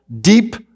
deep